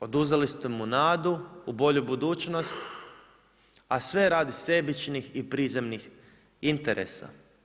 Oduzeli ste mu nadu u bolju budućnost, a sve radi sebičnih i prizemnih interesa.